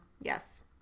Yes